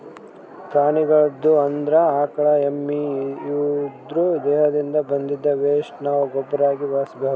ಪ್ರಾಣಿಗಳ್ದು ಅಂದ್ರ ಆಕಳ್ ಎಮ್ಮಿ ಇವುದ್ರ್ ದೇಹದಿಂದ್ ಬಂದಿದ್ದ್ ವೆಸ್ಟ್ ನಾವ್ ಗೊಬ್ಬರಾಗಿ ಬಳಸ್ಬಹುದ್